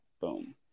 Boom